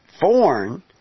foreign